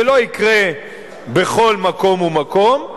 זה לא יקרה בכל מקום ומקום.